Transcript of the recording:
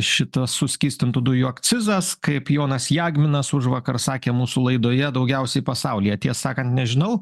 šitas suskystintų dujų akcizas kaip jonas jagminas užvakar sakė mūsų laidoje daugiausiai pasaulyje tiesą sakant nežinau